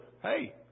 hey